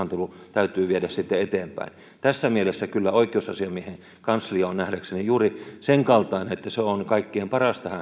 täytyy viedä eteenpäin tässä mielessä kyllä oikeusasiamiehen kanslia on nähdäkseni juuri sen kaltainen että se on kaikkein paras